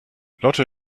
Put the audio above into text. lotte